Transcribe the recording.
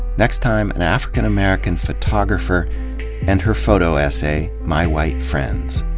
next time, an african american photographer and her photo essay my white friends.